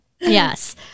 Yes